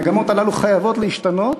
המגמות הללו חייבות להשתנות,